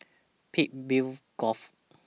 Peakville Grove